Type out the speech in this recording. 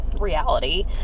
reality